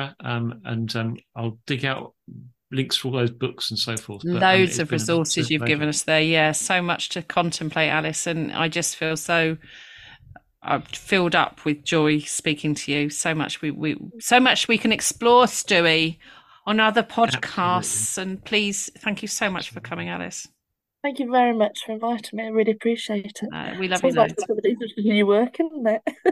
Um, and, um, I'll dig out links for all those books and so forth, but, um, it Loads has of been an resources absolute you've pleasure. given us there, yeah, so much to contemplate, Alice, and I just feel so, uh, filled up with joy speaking to you, so much we- we- so much we can explore, Stewie, on other Absolutely. podcasts, and please, thank you so much for coming, Absolutely. Alice. Thank you very much for inviting me, I really appreciate it. Uh, we love you Sounds like loads. somebody who's actually working, isn't it?